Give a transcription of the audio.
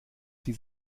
sie